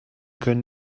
können